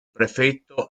prefetto